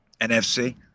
NFC